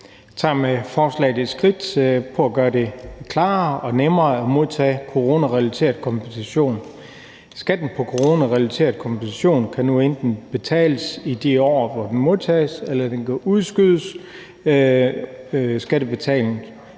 tager med forslaget et skridt til at gøre det klarere og nemmere at modtage coronarelateret kompensation. Skatten på coronarelateret kompensation kan nu enten betales i de år, hvor den modtages, eller man kan udskyde skattebetalingen